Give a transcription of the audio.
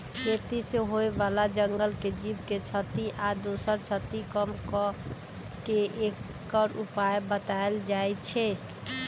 खेती से होय बला जंगल के जीव के क्षति आ दोसर क्षति कम क के एकर उपाय् बतायल जाइ छै